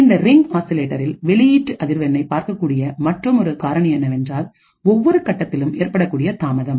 இந்த ரிங் ஆசிலேட்டரில் வெளியீட்டு அதிர்வெண்ணை பாதிக்கக்கூடிய மற்றுமொரு காரணி என்னவென்றால் ஒவ்வொரு கட்டத்திலும் ஏற்படக்கூடிய தாமதம்